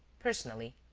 personally.